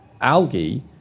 algae